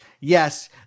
Yes